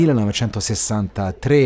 1963